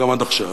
גם עד עכשיו,